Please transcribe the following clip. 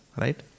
right